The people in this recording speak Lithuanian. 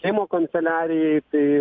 seimo kanceliarijai tai